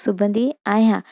सिबंदी आहियां